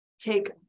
take